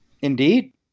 Indeed